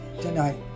Tonight